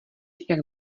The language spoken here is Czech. jak